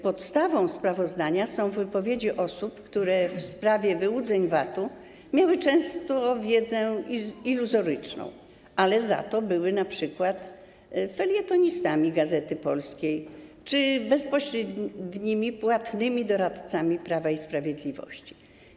Podstawą sprawozdania są wypowiedzi osób, które w sprawie wyłudzeń VAT miały często wiedzę iluzoryczną, ale za to były np. felietonistami „Gazety Polskiej” czy bezpośrednimi płatnymi doradcami Prawa i Sprawiedliwości.